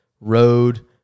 Road